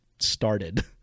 started